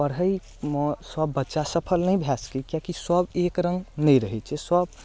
पढ़ैमे सब बच्चा सफल नहि भए सकै छै किएकि सब एक रङ्ग नहि रहै छै सब